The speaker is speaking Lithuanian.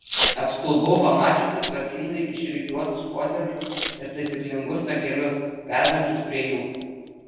apstulbau pamačiusi tvarkingai išrikiuotus kotedžus ir taisyklingus takelius vedančius prie jų